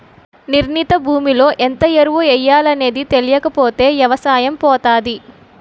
నిర్ణీత భూమిలో ఎంత ఎరువు ఎయ్యాలనేది తెలీకపోతే ఎవసాయం పోతాది